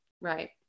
Right